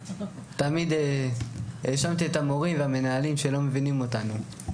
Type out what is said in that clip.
תמיד האשמתי את המורים ואת המנהלים שלא מבינים אותנו.